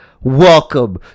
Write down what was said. Welcome